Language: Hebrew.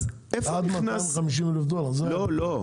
אז איפה נכנס --- עד 250 אלף דולר --- לא,